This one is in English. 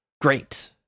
great